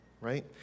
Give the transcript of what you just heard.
right